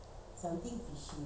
I can't be bothered